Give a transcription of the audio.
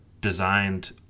designed